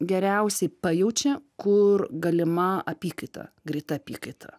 geriausiai pajaučia kur galima apykaita greita apykaita